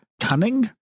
cunning